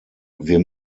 wir